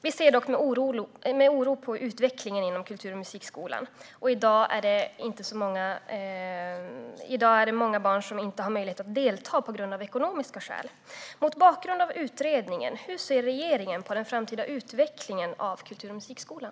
Vi ser dock med oro på utvecklingen inom kultur och musikskolan - i dag är det många barn som inte har möjlighet att delta av ekonomiska skäl. Mot bakgrund av utredningen, hur ser regeringen på den framtida utvecklingen av kultur och musikskolan?